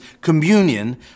communion